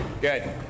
Good